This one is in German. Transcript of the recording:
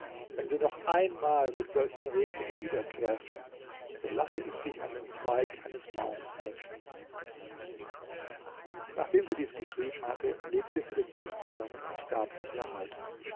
wenn du noch einmal mit solchen reden wiederkehrst so lasse ich dich an den zweig eines baumes hängen nachdem sie dies geschrieben hatte legte sie den brief zusammen und gab ihn der alten